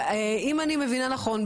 אם אני מבינה נכון,